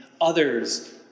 others